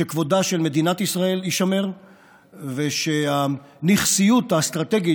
שכבודה של מדינת ישראל יישמר ושהנכסיות האסטרטגית